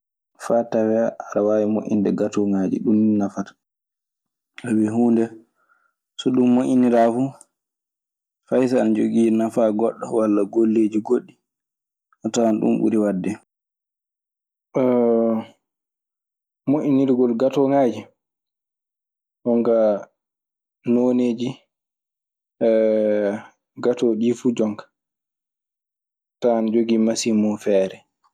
Faa tawee aɗa waawi moƴƴinde gatooŋaai ɗum nii nafata. Sabi huunde so ɗun moƴƴiniraa fuu, fay so ana jogii nafaa goɗɗo walla golleeji goɗɗi, a tawan ɗun ɓuri waɗde. Moƴƴinirgol gatooŋaaji jonkaa nooneeji gaatooji ɗii fu jonka tawan ana jogii masiŋ muuɗun feere.